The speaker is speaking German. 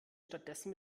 stattdessen